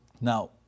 Now